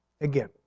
Again